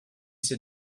c’est